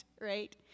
right